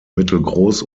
mittelgroß